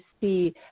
see